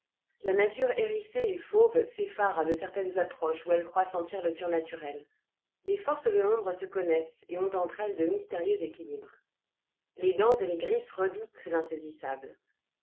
la nature hérissée et fauve s'effare à de certaines approches où elle croit sentir le surnaturel les forces de l'ombre se connaissent et ont entre elles de mystérieux équilibres les dents et les griffes redoutent l'insaisissable